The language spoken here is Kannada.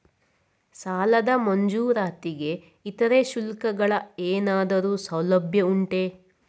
ಸಾಲದ ಮಂಜೂರಾತಿಗೆ ಇತರೆ ಶುಲ್ಕಗಳ ಏನಾದರೂ ಸೌಲಭ್ಯ ಉಂಟೆ?